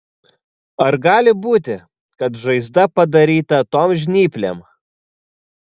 ar gali būti kad žaizda padaryta tom žnyplėm